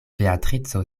beatrico